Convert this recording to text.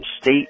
state